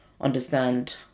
Understand